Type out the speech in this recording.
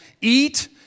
eat